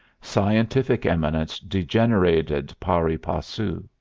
scientific eminence degenerated pari passu.